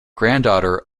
granddaughter